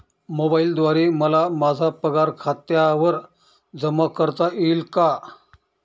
मोबाईलद्वारे मला माझा पगार खात्यावर जमा करता येईल का?